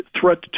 threat